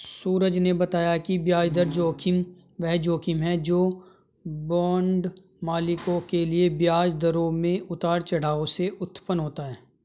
सूरज ने बताया कि ब्याज दर जोखिम वह जोखिम है जो बांड मालिकों के लिए ब्याज दरों में उतार चढ़ाव से उत्पन्न होता है